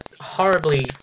horribly